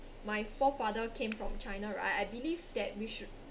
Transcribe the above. my forefather came from china right I believe that we should